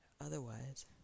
otherwise